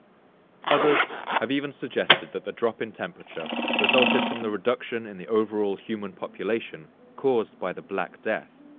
others have even suggested that the drop in temperature resulted from the reduction in the overall human population caused by the black death,